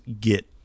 get